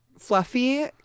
Fluffy